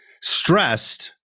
stressed